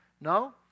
No